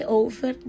over